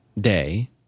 day